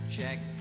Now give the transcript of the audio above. Check